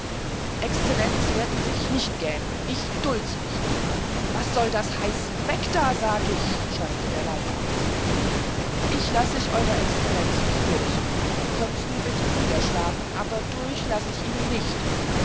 exlenz werden sich nicht gähn ich duld's nicht was soll das heißen weg da sag ich schäumte der leibarzt ich lass ich euer exlenz nicht durch können s mi bitte niederschlagen aber durch lass ich ihnen nicht